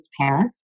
parents